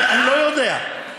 תעמיד, אני לא יודע.